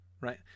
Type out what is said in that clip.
right